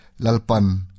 Lalpan